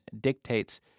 dictates